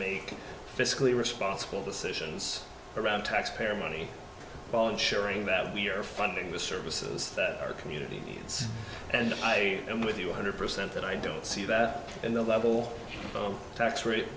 make fiscally responsible decisions around taxpayer money while ensuring that we are funding the services that our community needs and i am with you one hundred percent that i don't see that in the level of tax rate